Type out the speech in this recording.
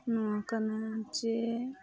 ᱱᱚᱣᱟ ᱠᱟᱱᱟ ᱡᱮ